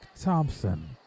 Thompson